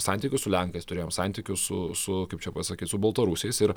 santykių su lenkais turėjom santykių su su kaip čia pasakyt su baltarusiais ir